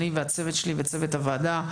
אני והצוות שלי וצוות הוועדה,